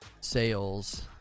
Sales